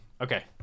okay